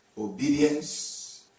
obedience